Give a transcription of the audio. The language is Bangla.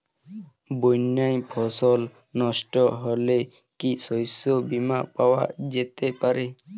বন্যায় ফসল নস্ট হলে কি শস্য বীমা পাওয়া যেতে পারে?